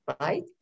right